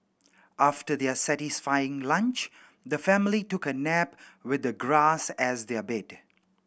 after their satisfying lunch the family took a nap with the grass as their bed